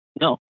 no